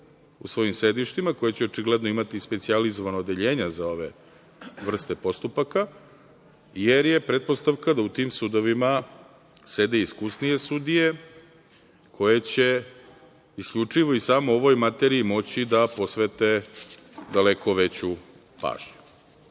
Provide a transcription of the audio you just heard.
u svojim sedištima koje će očigledno imati specijalizovana odeljenja za ove vrste postupaka, jer je pretpostavka da u tim sudovima sede iskusnije sudije koje će isključivo i samo ovoj materiji moći da posvete daleko veću pažnju. Stvar